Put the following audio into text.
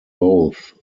both